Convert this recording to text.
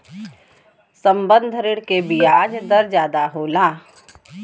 संबंद्ध ऋण के बियाज दर जादा होला